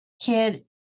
Kid